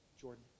Jordan